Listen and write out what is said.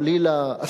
חלילה,